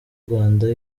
rwanda